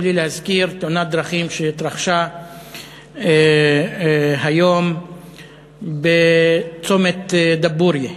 בלי להזכיר תאונת דרכים שהתרחשה היום בצומת דבורייה,